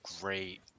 great